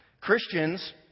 Christians